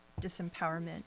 disempowerment